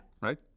right